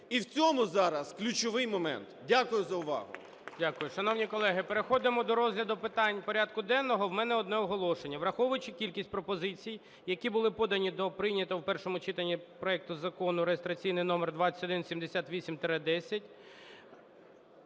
і в цьому зараз ключовий момент. Дякую за увагу.